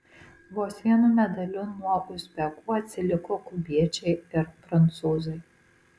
vos vienu medaliu nuo uzbekų atsiliko kubiečiai ir prancūzai